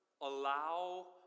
allow